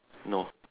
no